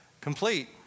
complete